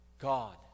God